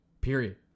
period